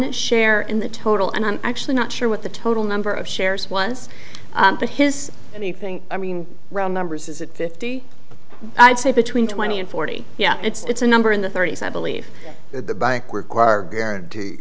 share in the total and i'm actually not sure what the total number of shares was but his anything i mean run numbers is it fifty i'd say between twenty and forty yeah it's a number in the thirty's i believe that the buy require guarantee